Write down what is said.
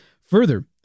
Further